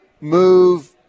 move